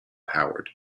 howard